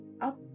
up